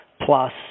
plus